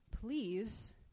Please